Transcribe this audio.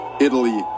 Italy